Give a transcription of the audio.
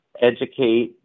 educate